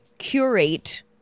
curate